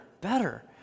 better